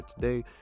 today